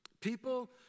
People